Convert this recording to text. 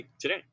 today